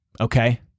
Okay